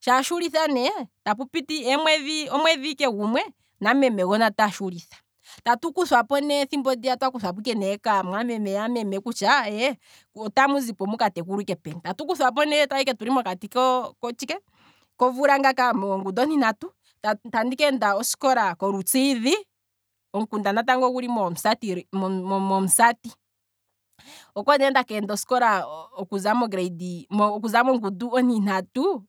sho ashulitha ne, tapu piti omwedhi ike gumwe, na memegona ota shulitha. tatu kuthwapo ne ethimbo ndiya otwa kuthwapo ike kaamwameme yameme kutya, aye otamu zipo mukatekulwe ike peni, omokati komvula ngaanga mongundu ontintatu, tandi keenda oskola kolutsiidhi, omunda natango oguli momusati, okwali ne ndakeenda oskola okuza mograde, mongundu ontintatu